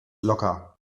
locker